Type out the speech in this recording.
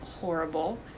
horrible